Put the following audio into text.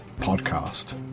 Podcast